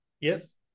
yes